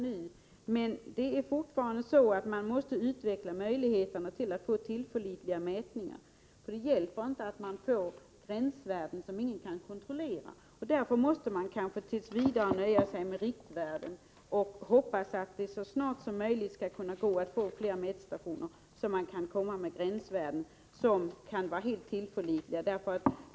Arbetet med den frågan pågår, men fortfarande måste det utvecklas möjligheter att göra tillförlitliga mätningar. Det hjälper nämligen inte att fastställa gränsvärden som ingen kan kontrollera. Därför måste vi kanske tills vidare nöja oss med riktvärden. Jag hoppas dock att det så snart som möjligt skall gå att få fler mätstationer, så att man kan ha gränsvärden som är helt tillförlitliga.